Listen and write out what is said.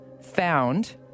found